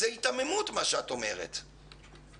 לכן מה שאת אומרת זאת היתממות.